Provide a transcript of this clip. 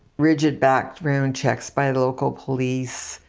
rigid background checks by local police.